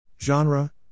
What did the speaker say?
Genre